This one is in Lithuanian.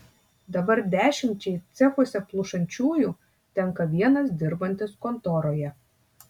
dabar dešimčiai cechuose plušančiųjų tenka vienas dirbantis kontoroje